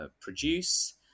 produce